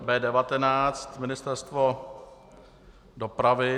B19, Ministerstvo dopravy.